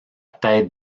tête